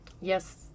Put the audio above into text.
Yes